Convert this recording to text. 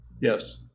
Yes